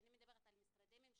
אני מדברת על משרדי ממשלה,